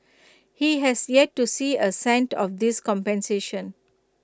he has yet to see A cent of this compensation